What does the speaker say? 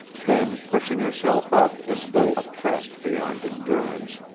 then, pushing herself up as though oppressed beyond endurance,